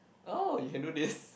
oh he can do this